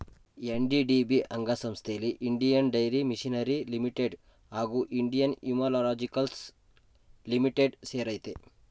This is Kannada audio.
ಎನ್.ಡಿ.ಡಿ.ಬಿ ಅಂಗಸಂಸ್ಥೆಲಿ ಇಂಡಿಯನ್ ಡೈರಿ ಮೆಷಿನರಿ ಲಿಮಿಟೆಡ್ ಹಾಗೂ ಇಂಡಿಯನ್ ಇಮ್ಯುನೊಲಾಜಿಕಲ್ಸ್ ಲಿಮಿಟೆಡ್ ಸೇರಯ್ತೆ